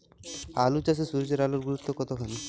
আলু চাষে সূর্যের আলোর গুরুত্ব কতখানি?